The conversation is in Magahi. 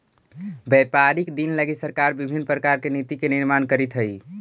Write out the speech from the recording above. व्यापारिक दिन लगी सरकार विभिन्न प्रकार के नीति के निर्माण करीत हई